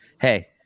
hey